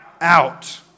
out